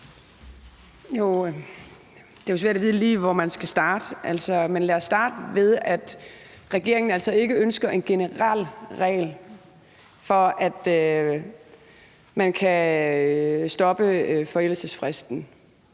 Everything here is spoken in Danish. Det er jo svært at vide, lige hvor man skal starte. Men lad os starte med, at regeringen altså ikke ønsker en generel regel for, at man kan ændre forældelsesfristen.